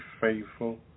faithful